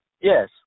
yes